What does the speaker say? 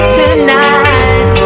tonight